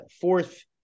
fourth